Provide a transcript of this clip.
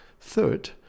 Third